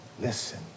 Listen